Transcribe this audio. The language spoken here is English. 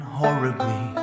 horribly